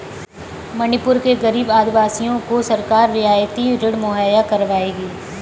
मणिपुर के गरीब आदिवासियों को सरकार रियायती ऋण मुहैया करवाएगी